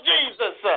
Jesus